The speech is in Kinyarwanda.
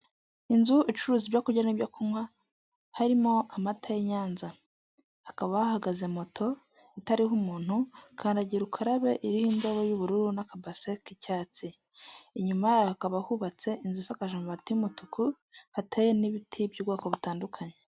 Inzu icuruza ibyo kurya n'ibyo kunywa harimo amata y'inyanza, hakaba hahagaze moto itariho umuntu kandagira ukarabe iriho indobo y'ubururu n'akabase k'icyatsi, inyuma yayo hakaba hubatse inzu isakaje amabati y'umutuku hateye n'ibiti by'ubwoko butandukanye.